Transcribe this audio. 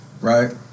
right